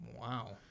Wow